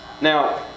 Now